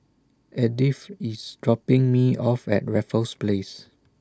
Edith IS dropping Me off At Raffles Place